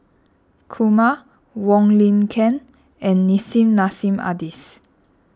Kumar Wong Lin Ken and Nissim Nassim Adis